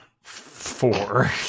Four